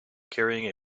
carrying